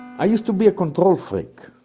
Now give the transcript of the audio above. i used to be a control freak.